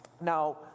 now